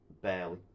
Barely